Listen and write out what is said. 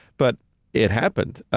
but it happened.